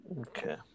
Okay